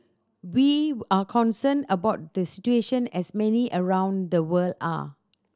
we are concerned about the situation as many around the world are